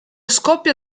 scoppio